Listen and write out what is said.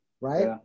Right